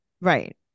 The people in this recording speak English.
right